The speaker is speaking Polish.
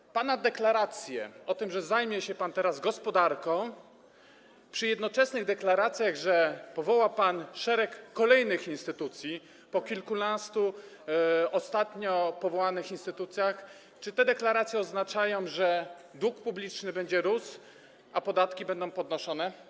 Czy pana deklaracje o tym, że zajmie się pan teraz gospodarką, przy jednoczesnych deklaracjach, że powoła pan szereg kolejnych instytucji po kilkunastu ostatnio powołanych instytucjach, czy te deklaracje oznaczają, że dług publiczny będzie rósł, a podatki będą podnoszone?